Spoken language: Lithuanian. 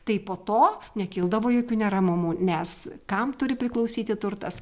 tai po to nekildavo jokių neramumų nes kam turi priklausyti turtas